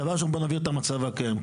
דבר ראשון, נבהיר את המצב הקיים.